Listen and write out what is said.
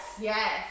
Yes